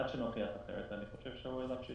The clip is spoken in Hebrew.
עד שנוכיח אחרת אני חושב שראוי להמשיך